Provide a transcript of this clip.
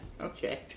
Okay